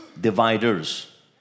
dividers